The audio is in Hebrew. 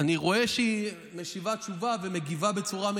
אני רואה שהיא משיבה תשובה ומגיבה בצורה,